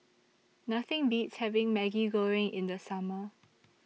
Nothing Beats having Maggi Goreng in The Summer